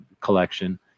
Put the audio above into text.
collection